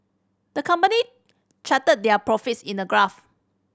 the company charted their profits in a graph